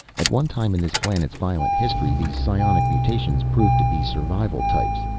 at one time in this planet's violent history these psionic mutations proved to be survival types.